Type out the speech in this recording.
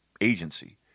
agency